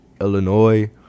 Illinois